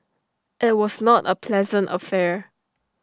IT was not A pleasant affair